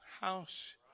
house